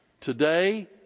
today